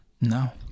No